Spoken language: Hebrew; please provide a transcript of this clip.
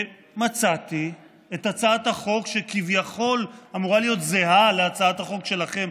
ומצאתי את הצעת החוק שכיכול אמורה להיות זהה להצעת החוק שלכם